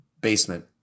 basement